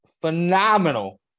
phenomenal